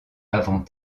avant